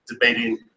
debating